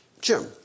Jim